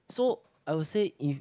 so I would say if